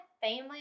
family